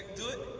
good